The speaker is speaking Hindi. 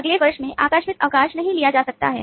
अगले वर्ष में आकस्मिक अवकाश नहीं लिया जा सकता है